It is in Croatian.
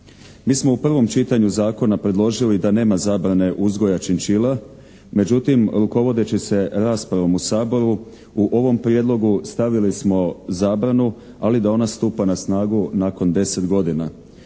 Mi smo u prvom čitanju zakona predložili da nema zabrane uzgoja činčila. Međutim, rukovodeći se raspravom u Saboru u ovom prijedlogu stavili smo zabranu, ali da ona stupa na snagu nakon 10 godina.